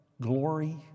glory